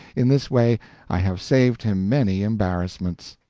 in this way i have saved him many embarrassments.